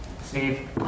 Steve